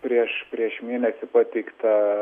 prieš prieš mėnesį pateiktą